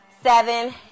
seven